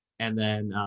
and then,